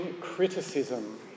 criticism